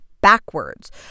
backwards